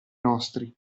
nostri